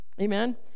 Amen